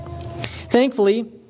Thankfully